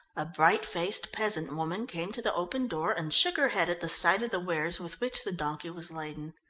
a bright-faced peasant woman came to the open door and shook her head at the sight of the wares with which the donkey was laden.